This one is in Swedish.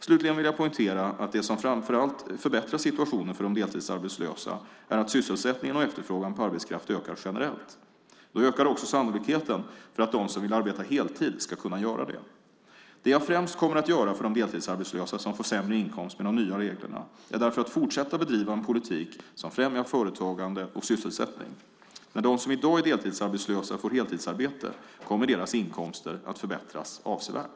Slutligen vill jag poängtera att det som framför allt förbättrar situationen för de deltidsarbetslösa är att sysselsättningen och efterfrågan på arbetskraft ökar generellt. Då ökar också sannolikheten för att de som vill arbeta heltid ska kunna göra det. Det jag främst kommer att göra för de deltidsarbetslösa som får sämre inkomst med de nya reglerna är därför att fortsätta bedriva en politik som främjar företagande och sysselsättning. När de som i dag är deltidsarbetslösa får heltidsarbete kommer deras inkomster att förbättras avsevärt.